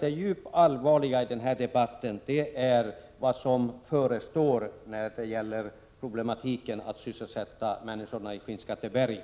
det djupt allvarliga i debatten är vad som förestår när det gäller problematiken i att sysselsätta människorna i Skinnskatteberg.